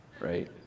Right